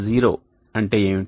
AM0 అంటే ఏమిటి